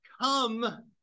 Come